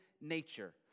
nature